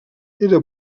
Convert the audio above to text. era